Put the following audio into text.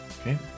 Okay